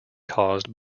caused